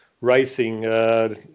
racing